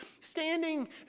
standing